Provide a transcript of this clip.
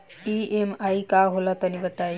EMI का होला तनि बताई?